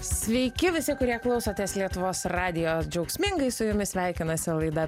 sveiki visi kurie klausotės lietuvos radijo džiaugsmingai su jumis sveikinasi laida